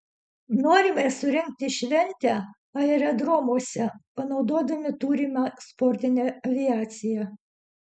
norime surengti šventę aerodromuose panaudodami turimą sportinę aviaciją